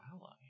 ally